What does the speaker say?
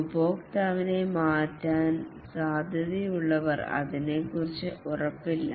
ഉപഭോക്താവിനെ മാറ്റാൻ സാധ്യതയുള്ളവർ അതിനെക്കുറിച്ച് ഉറപ്പില്ല